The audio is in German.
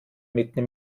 mitten